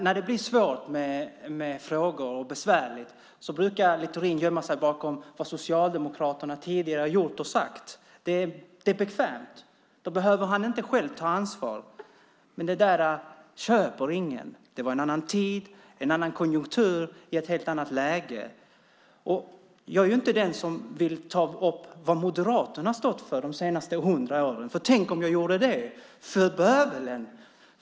När det blir svårt och besvärligt med frågorna brukar Littorin gömma sig bakom vad Socialdemokraterna tidigare har gjort och sagt. Det är bekvämt, för då behöver han inte själv ta ansvar. Men ingen köper det. Det var en annan tid, en annan konjunktur och ett helt annat läge. Jag är inte den som vill ta upp vad Moderaterna har stått för de senaste hundra åren. Tänk om jag gjorde det - för bövelen!